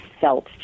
felt